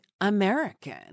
American